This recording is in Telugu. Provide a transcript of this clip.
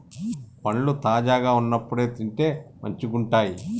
పండ్లు తాజాగా వున్నప్పుడే తింటే మంచిగుంటయ్